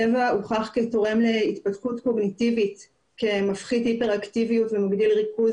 טבע הוכח כתורם להתפתחות קוגניטיבית כמפחית היפר אקטיביות ומגביר ריכוז